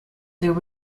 there